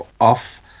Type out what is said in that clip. off